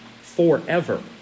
forever